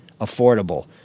affordable